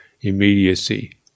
immediacy